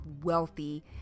wealthy